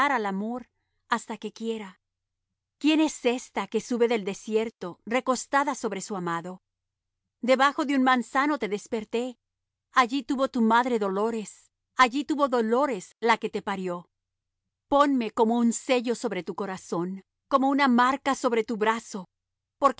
al amor hasta que quiera quién es ésta que sube del desierto recostada sobre su amado debajo de un manzano te desperté allí tuvo tu madre dolores allí tuvo dolores la que te parió ponme como un sello sobre tu corazón como una marca sobre tu brazo